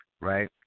right